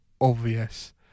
obvious